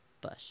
Bush